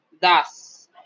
Thus